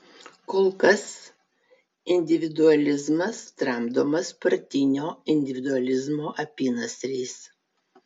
kol kas individualizmas tramdomas partinio individualizmo apynasriais